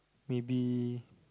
maybe